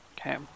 Okay